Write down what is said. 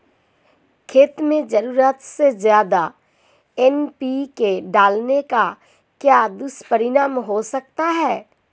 खेत में ज़रूरत से ज्यादा एन.पी.के डालने का क्या दुष्परिणाम हो सकता है?